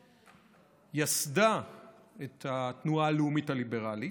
שיסדה את התנועה הלאומית הליברלית,